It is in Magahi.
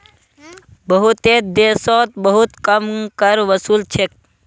बहुतेते देशोत बहुत कम कर वसूल छेक